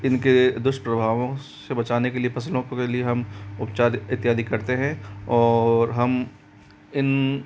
इन के दुष्प्रभावों से बचाने के लिए फ़सलों के लिए हम उपचार इत्यादि करते हैं और हम इन